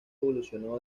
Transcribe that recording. evolucionó